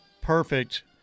perfect